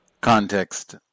Context